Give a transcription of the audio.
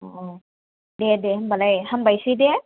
अ दे दे होमब्लाय हामबायसै दे